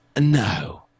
No